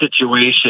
situation